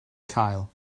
cael